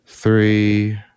Three